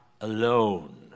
alone